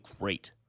great